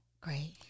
great